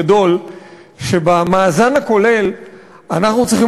הציבור הגדול של המטופלים שלו,